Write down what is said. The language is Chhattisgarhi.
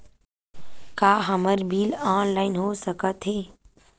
का हमर बिल ऑनलाइन हो सकत हे?